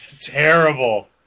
Terrible